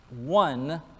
one